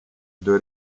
due